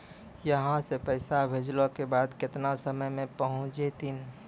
यहां सा पैसा भेजलो के बाद केतना समय मे पहुंच जैतीन?